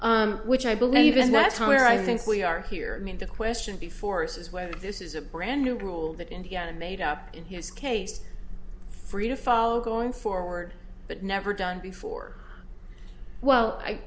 which i believe in that's where i think we are here i mean the question before us is whether this is a brand new rule that in the end made up in his case free to follow going forward but never done before well i